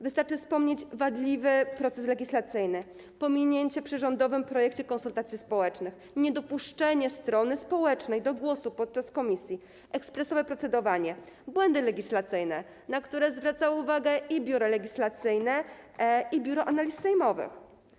Wystarczy wspomnieć wadliwy proces legislacyjny, pominięcie przy rządowym projekcie konsultacji społecznych, niedopuszczenie strony społecznej do głosu podczas posiedzenia komisji, ekspresowe procedowanie, błędy legislacyjne, na które zwracało uwagę i Biuro Legislacyjne, i Biuro Analiz Sejmowych.